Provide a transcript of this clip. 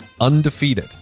undefeated